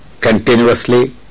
continuously